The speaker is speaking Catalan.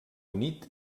unit